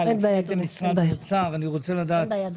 האוצר, אני רוצה לדעת.